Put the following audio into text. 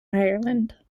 ireland